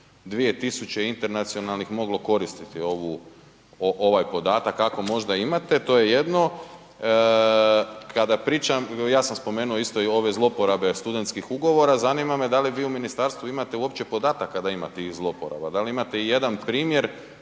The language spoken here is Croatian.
tih 2.000 internacionalnih moglo koristiti ovaj podatak ako možda imate, to je jedno. Kada pričam, ja sam spomenuo isto i ove zlouporabe studentskih ugovora, zanima me da li vi u ministarstvu imate uopće podataka da imate i zlouporaba? Da li imate ijedan primjer